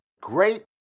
great